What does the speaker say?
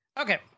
okay